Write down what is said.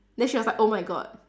then she was oh my god